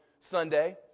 Sunday